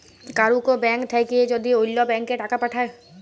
কারুর ব্যাঙ্ক থাক্যে যদি ওল্য ব্যাংকে টাকা পাঠায়